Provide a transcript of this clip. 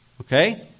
okay